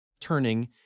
Turning